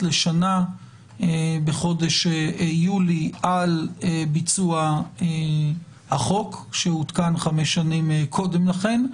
לשנה בחודש יולי על ביצוע החוק שהותקן 5 שנים קודם לכן.